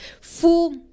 full